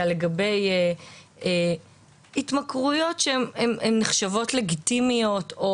לגבי התמכרויות שהן נחשבות לגיטימיות,